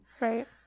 Right